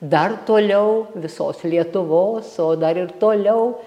dar toliau visos lietuvos o dar ir toliau